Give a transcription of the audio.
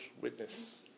witness